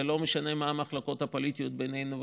ולא משנה מה המחלוקות הפוליטיות בינינו,